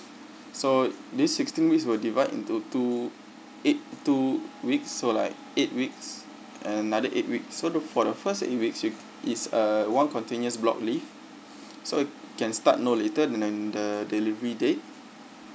so these sixteen weeks will divide into two eight two weeks so like eight weeks and another eight weeks so for the first eight weeks is uh one continuous block leave so it can start no later than the delivery date